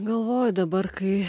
galvoju dabar kai